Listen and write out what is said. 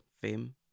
fame